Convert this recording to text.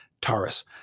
Taurus